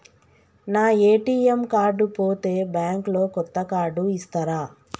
నా ATM card పోతే bank లో కొత్త కార్డు ఇస్తరా?